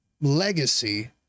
legacy